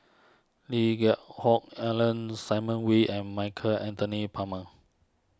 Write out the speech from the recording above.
Lee Geck Hoon Ellen Simon Wee and Michael Anthony Palmer